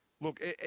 look